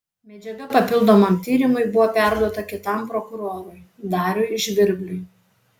medžiaga papildomam tyrimui buvo perduota kitam prokurorui dariui žvirbliui